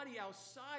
outside